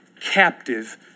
captive